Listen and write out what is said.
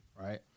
right